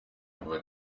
kuva